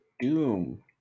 doom